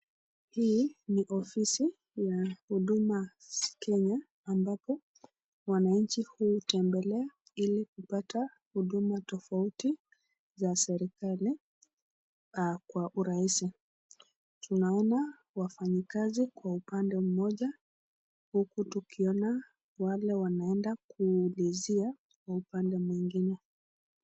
Ni ofisi ya huduma kenya ambapo wananchi hutembelea ili kupata huduma tofauti za serekali kwa urahisi. Tunaona wafanyakazi kwa upande mmoja huku tukiona wale wanaenda kuulizia kwa upande mwingine.